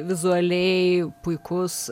vizualiai puikus